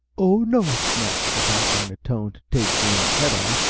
oh, no, snapped the doctor in a tone to take one's head off,